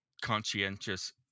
conscientious